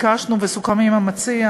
ביקשנו וסוכם עם המציע